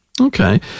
Okay